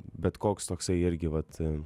bet koks toksai irgi vat